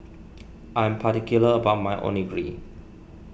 I am particular about my Onigiri